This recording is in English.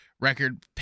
record